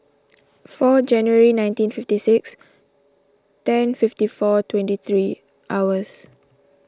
four January nineteen fifty six ten fifty four twenty three hours